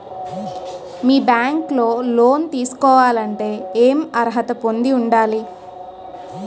మీ bank లో loan తీసుకోవాలంటే ఎం అర్హత పొంది ఉండాలి?